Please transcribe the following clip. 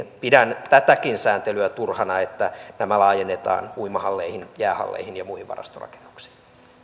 pidän tätäkin sääntelyä turhana että tämä laajennetaan uimahalleihin jäähalleihin ja muihin varastorakennuksiin